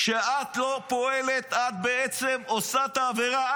כשאת לא פועלת, את בעצם עושה את העבירה.